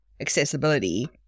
accessibility